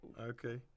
Okay